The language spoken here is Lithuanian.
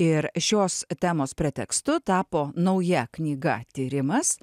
ir šios temos pretekstu tapo nauja knyga tyrimas